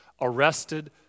arrested